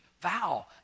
vow